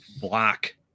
black